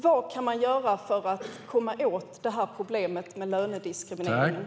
Vad kan vi göra för att komma åt problemet med lönediskriminering?